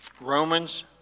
Romans